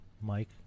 Mike